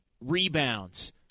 Rebounds